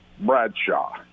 Bradshaw